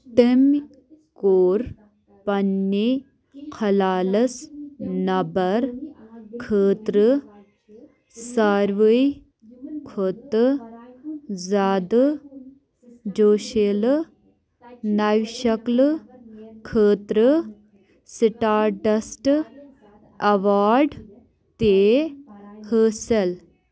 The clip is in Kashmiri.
تٔمۍ کوٚر پنٛنے کھلالَس نٮ۪بَر خٲطرٕ ساروٕے کھۄتہٕ زیادٕ جوشیلہٕ نَوِ شَکلہِ خٲطرٕ سِٹار ڈَسٹ اَواڈ تہِ حٲصِل